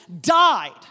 died